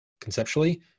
conceptually